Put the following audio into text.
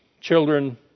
children